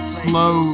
slow